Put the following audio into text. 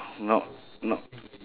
not not